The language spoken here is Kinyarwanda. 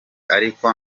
ariko